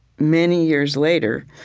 many years later,